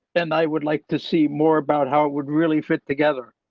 and i would like to see more about how it would really fit together.